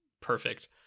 perfect